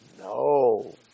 No